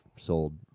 sold